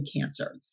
cancer